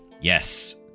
yes